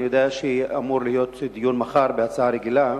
אני יודע שמחר אמור להיות דיון בהצעה רגילה,